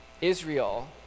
Israel